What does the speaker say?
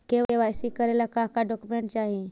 KYC करे ला का का डॉक्यूमेंट चाही?